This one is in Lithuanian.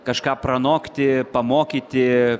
kažką pranokti pamokyti